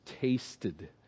tasted